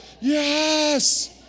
yes